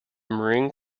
marine